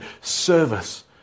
service